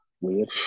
Weird